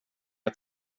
jag